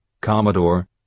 Commodore